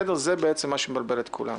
זה מה שמבלבל את כולם.